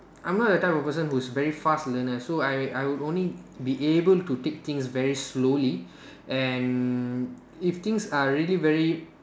I'm not the type of person who's very fast learner so I I would only be able to take things very slowly and if things are really very